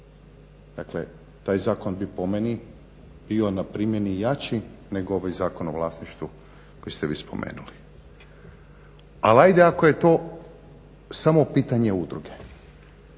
Dakle taj zakon bi po meni bio na primjeni jači nego ovaj Zakon o vlasništvu koji ste vi spomenuli. Ali ajde ako je to samo pitanje udruge,